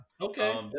Okay